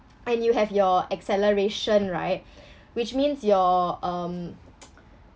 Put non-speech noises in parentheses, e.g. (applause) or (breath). and you have your acceleration right (breath) which means your um (noise)